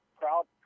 proud